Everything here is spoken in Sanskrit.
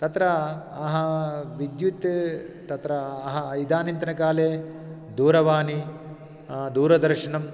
तत्र अहं विद्युत् तत्र अह इदानीन्तनकाले दूरवाणी दूरदर्शनम्